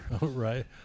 right